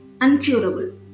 uncurable